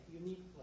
unique